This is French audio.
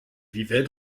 vivaient